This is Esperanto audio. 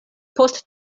post